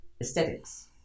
aesthetics